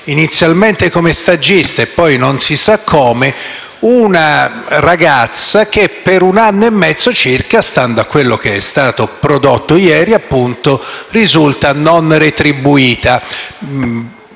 inizialmente come stagista e poi non si sa come, una ragazza che per un anno e mezzo circa, stando a quello che è stato prodotto, risulta non retribuita.